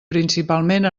principalment